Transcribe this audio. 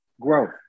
Growth